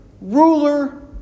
ruler